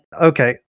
okay